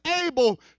able